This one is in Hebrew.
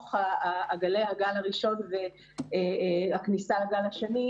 שכוך גלי הגל הראשון והכניסה לגל השני,